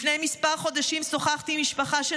לפני כמה חודשים שוחחתי עם משפחה של